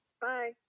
Bye